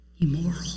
Immoral